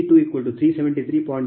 669 MW Pg2 373